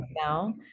now